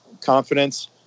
confidence